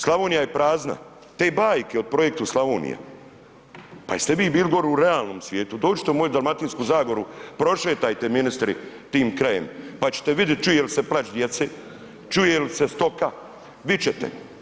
Slavonija je prazna, te bajke o projektu Slavonija, pa jeste vi bili gori u realnom svijetu, dođite u moju Dalmatinsku zagoru, prošetajte ministri tim krajem pa ćete vidit čuje li se plač djece, čuje li se stoka, vidit ćete.